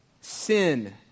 sin